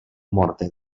morter